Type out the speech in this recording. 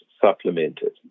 supplemented